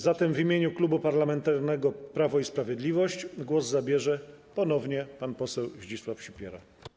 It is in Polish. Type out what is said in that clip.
Zatem w imieniu Klubu Parlamentarnego Prawo i Sprawiedliwość głos zabierze ponownie pan poseł Zdzisław Sipiera.